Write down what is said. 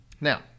Now